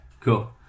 cool